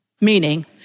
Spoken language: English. Meaning